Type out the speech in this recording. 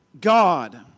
God